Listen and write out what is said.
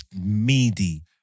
meaty